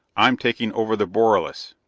i'm taking over the borelis.